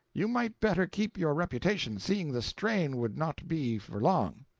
you might better keep your reputation, seeing the strain would not be for long.